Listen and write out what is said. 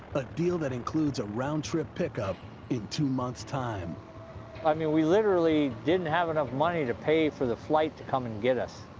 a deal that includes a round-trip pickup in two months' time. marty i mean, we literally didn't have enough money to pay for the flight to come and get us.